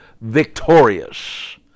victorious